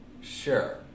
Sure